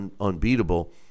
unbeatable